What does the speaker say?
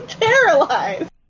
paralyzed